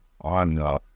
on